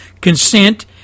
consent